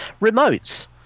Remotes